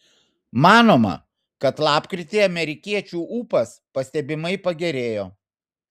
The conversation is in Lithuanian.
manoma kad lapkritį amerikiečių ūpas pastebimai pagerėjo